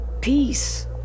peace